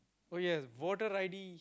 oh yes voter i_d